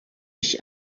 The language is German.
ich